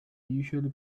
usually